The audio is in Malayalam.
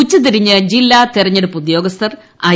ഉച്ച തിരിഞ്ഞ് ജില്ലാ ത്തരഞ്ഞെടുപ്പ് ഉദ്യോഗസ്ഥർ ഐ